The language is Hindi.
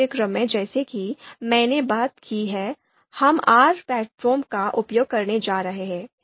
इस पाठ्यक्रम में जैसा कि मैंने बात की है हम आर प्लेटफॉर्म का उपयोग करने जा रहे हैं